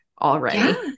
already